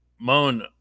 moan